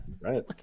Right